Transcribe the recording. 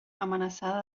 amenaçada